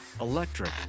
electric